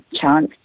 chance